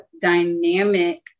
dynamic